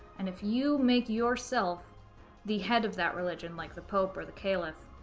and if you make yourself the head of that religion, like the pope or the caliph,